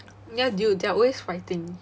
ya dude they are always fighting